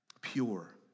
pure